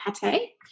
pate